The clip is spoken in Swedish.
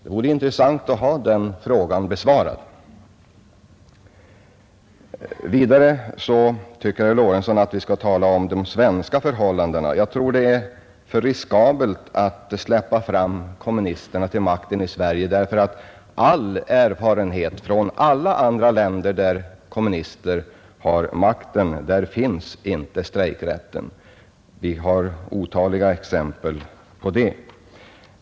Det vore intressant att ha den frågan besvarad. Vidare tycker herr Lorentzon att vi skall tala om de svenska förhållandena. Jag tror det är för riskabelt att släppa fram kommunisterna till makten i Sverige därför att all erfarenhet från alla andra länder där kommunister har makten visar att där finns inte strejkrätten. Vi har otaliga exempel på det.